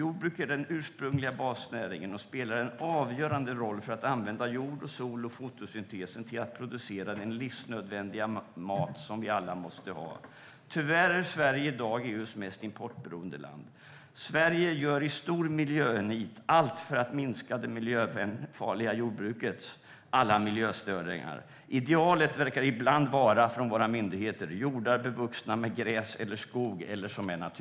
Jordbruk är den ursprungliga basnäringen och spelar en avgörande roll för att jord, sol och fotosyntes ska kunna användas till att producera den livsnödvändiga mat som vi alla måste ha. Tyvärr är Sverige i dag EU:s mest importberoende land. Sverige gör med stor miljönit allt för att minska det miljöfarliga jordbrukets alla miljöstörningar. Idealet för våra myndigheter verkar ibland vara jordar som är bevuxna med gräs eller skog eller naturreservat.